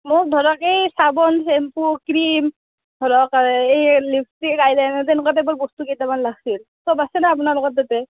মোক ধৰক এই চাবোন চেম্পু ক্ৰিম ধৰক এই লিপষ্টিক আইলাইনাৰ তেনেকুৱা টাইপৰ বস্তু কেইটামান লাগছিল চব আছেনে আপোনালোকৰ তাতে